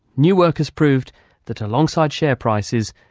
new work has proved that alongside share prices,